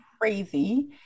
crazy